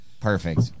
Perfect